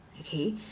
okay